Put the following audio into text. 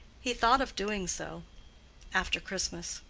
he thought of doing so after christmas.